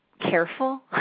careful